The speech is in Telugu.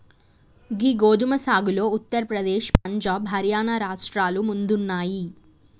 గీ గోదుమ సాగులో ఉత్తర ప్రదేశ్, పంజాబ్, హర్యానా రాష్ట్రాలు ముందున్నాయి